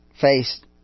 faced